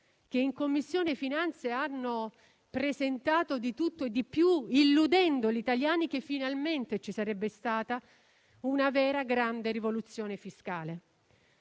che in Commissione hanno presentato di tutto e di più, illudendo gli italiani che finalmente ci sarebbe stata una vera grande rivoluzione fiscale.